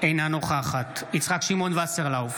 אינה נוכחת יצחק שמעון וסרלאוף,